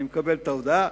אני מקבל את ההודעה.